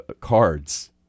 cards